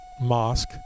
mosque